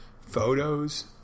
photos